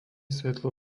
svetlo